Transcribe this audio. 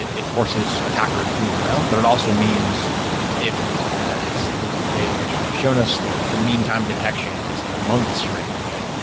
it it forces attackers to move around, but it also means if as the data and research has shown us that the meantime detection is in the months' range.